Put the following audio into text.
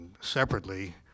separately